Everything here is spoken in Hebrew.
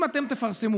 אם אתם תפרסמו,